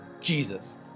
Jesus